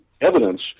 evidence